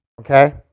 Okay